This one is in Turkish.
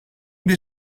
bir